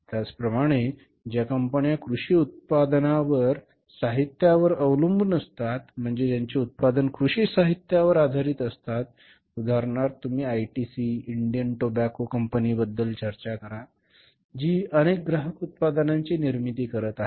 त्याचप्रमाणे ज्या कंपन्या कृषी साहित्यावर अवलंबून असतात म्हणजे त्यांचे उत्पादन कृषी साहित्यावर आधारित असतात उदाहरणार्थ तुम्ही आयटीसी इंडियन टोबॅको कंपनी बद्दल चर्चा करा जी अनेक ग्राहक उत्पादनांची निर्मिती करत आहे